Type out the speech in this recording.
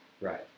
right